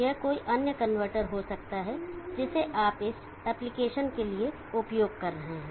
यह कोई अन्य कनवर्टर हो सकता है जिसे आप इस एप्लिकेशन के लिए उपयोग कर रहे हैं